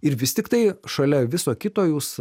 ir vis tiktai šalia viso kito jūs